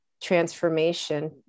transformation